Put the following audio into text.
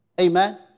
Amen